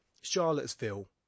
Charlottesville